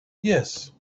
yes